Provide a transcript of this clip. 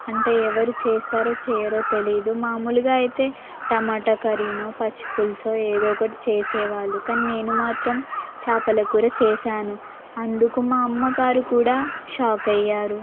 అంటే ఎవరు చేస్తారో చేయరో తెలియదు మామూలుగా అయితే టమాటా కరీను పచ్చి పులుసు ఏదో ఒకటి చేసే వాళ్ళు కానీ నేను మాత్రం చేపల కూర చేసాను అందుకు మా అమ్మగారు కూడా షాక్ అయ్యారు